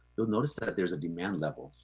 you'll notice that there's a demand level.